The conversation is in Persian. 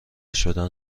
شدن